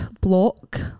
block